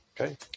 Okay